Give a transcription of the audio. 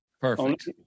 Perfect